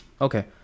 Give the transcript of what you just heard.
Okay